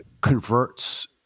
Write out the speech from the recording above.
converts